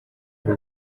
ari